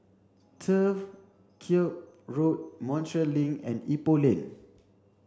Turf Ciub Road Montreal Link and Ipoh Lane